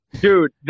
Dude